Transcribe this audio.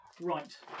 right